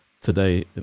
today